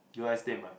you ai-stead-mai